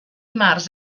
març